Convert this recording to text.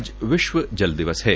आज विश्व जल दिवस है